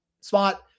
spot